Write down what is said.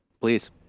Please